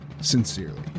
Sincerely